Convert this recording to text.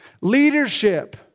Leadership